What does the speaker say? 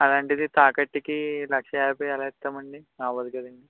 అలాంటిది తాకట్టుకి లక్షయాభై ఎలా ఇస్తాం అండి అవ్వదు కదండి